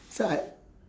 so I